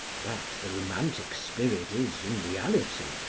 but the romantic spirit is, in reality,